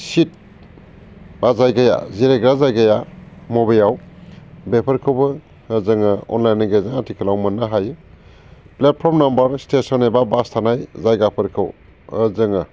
seat बा जायगाया जिरायग्रा जायगाया मबेयाव बेफोरखौबो ओ जोङो अनलाइननि गेजेरजों आथिखालाव मोननो हायो प्लेटपर्म नाम्बार स्टेसन एबा बास थानाय जायगाफोरखौ ओ जोङो